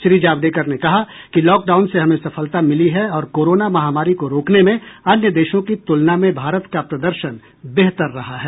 श्री जावड़ेकर ने कहा कि लॉकडाउन से हमें सफलता मिली है और कोरोना महामारी को रोकने में अन्य देशों की तुलना में भारत का प्रदर्शन बेहतर रहा है